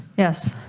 yes